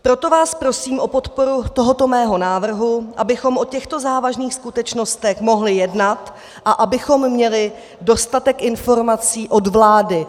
Proto vás prosím o podporu tohoto mého návrhu, abychom o těchto závažných skutečnostech mohli jednat a abychom měli dostatek informací od vlády.